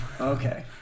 Okay